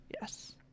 Yes